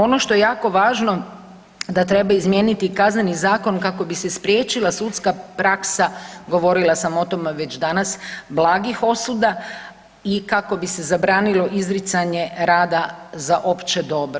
Ono što je jako važno da treba izmijeniti Kazneni zakon kako bi se spriječila sudska praksa, govorila sam o tome već danas, blagih osuda i kako se bi se zabranilo izricanje rada za opće dobro.